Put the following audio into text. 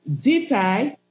detail